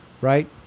right